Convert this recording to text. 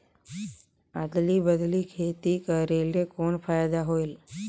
अदली बदली खेती करेले कौन फायदा होयल?